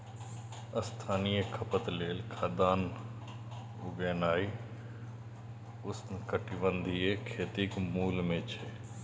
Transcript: स्थानीय खपत लेल खाद्यान्न उगेनाय उष्णकटिबंधीय खेतीक मूल मे छै